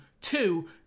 two